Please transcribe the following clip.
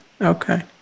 okay